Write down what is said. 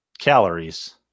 Calories